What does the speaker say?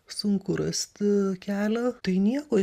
sunku rasti kelią tai nieko